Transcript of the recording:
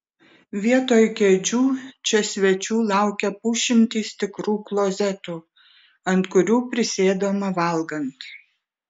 vietoj kėdžių čia svečių laukia pusšimtis tikrų klozetų ant kurių prisėdama valgant